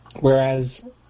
whereas